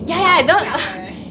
搞笑 eh